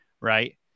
Right